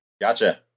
Gotcha